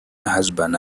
husband